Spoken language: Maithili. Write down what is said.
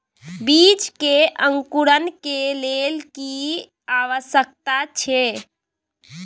बीज के अंकुरण के लेल की आवश्यक छै?